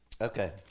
Okay